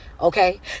Okay